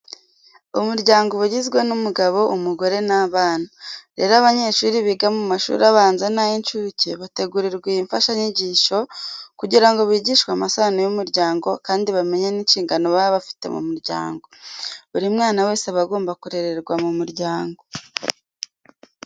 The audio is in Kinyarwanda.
Umuryango uba ugizwe n'umugabo, umugore n'abana. Rero abanyeshuri biga mu mashuri abanza n'ay'incuke bategurirwa iyi mfashanyigisho kugira ngo bigishwe amasano y'umuryango kandi bamenye n'inshingano baba bafite mu muryango. Buri mwana wese aba agomba kurererwa mu muryango.